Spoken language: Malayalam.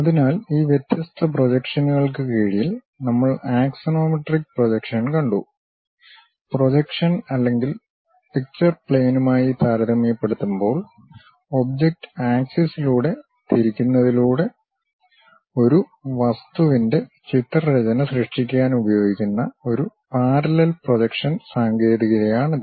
അതിനാൽ ഈ വ്യത്യസ്ത പ്രൊജക്ഷനുകൾക്ക് കീഴിൽ നമ്മൾ ആക്സോണോമെട്രിക് പ്രൊജക്ഷൻ കണ്ടു പ്രൊജക്ഷൻ അല്ലെങ്കിൽ പിക്ചർ പ്ലെയിനുമായി താരതമ്യപ്പെടുത്തുമ്പോൾ ഒബ്ജക്റ്റ് ആക്സിസിലൂടെ തിരിക്കുന്നതിലൂടെ ഒരു വസ്തുവിന്റെ ചിത്രരചന സൃഷ്ടിക്കാൻ ഉപയോഗിക്കുന്ന ഒരു പാരല്ലെൽ പ്രൊജക്ഷൻ സാങ്കേതികതയാണിത്